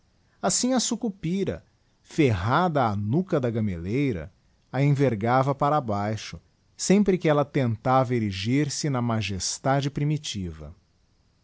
assim a sucupira ferrada á nuca da gameleira a envergava para baixo sempre que ella tentava erigirse na magestade primitiva